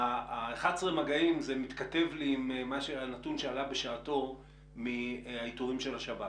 11 המגעים זה מתכתב לי עם הנתון שעלה בשעתו מהאיתורים של השב"כ,